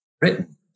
written